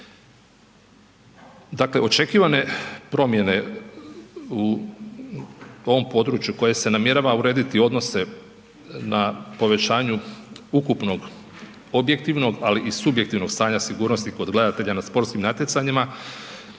Dakle očekivane promjene u ovom području koje se namjerava urediti, odnose na povećanju ukupnog objektivnog ali i subjektivnog stanja sigurnosti kod gledatelja na sportskim natjecanjima